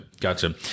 Gotcha